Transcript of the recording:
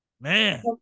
Man